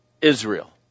Israel